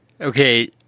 Okay